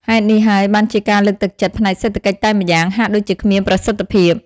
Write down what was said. ហេតុនេះហើយបានជាការលើកទឹកចិត្តផ្នែកសេដ្ឋកិច្ចតែម្យ៉ាង ហាក់ដូចជាគ្មានប្រសិទ្ធភាព។